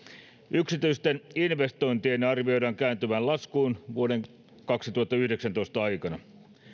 yksityisten investointien arvioidaan kääntyvän laskuun vuoden kaksituhattayhdeksäntoista aikana